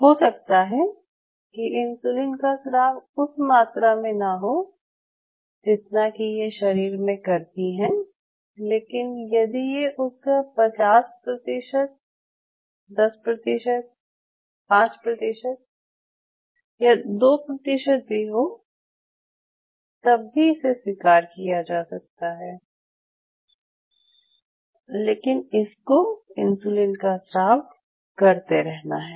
हो सकता है कि इंसुलिन का स्राव उस मात्रा में ना हो जितना कि ये शरीर में करती हैं लेकिन यदि ये उसका 50 प्रतिशत 10 प्रतिशत 5 प्रतिशत या 2 प्रतिशत भी हो तब भी इसे स्वीकार किया सकता है लेकिन इसको इंसुलिन का स्राव करते रहना है